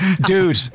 Dude